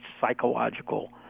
psychological